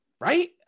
Right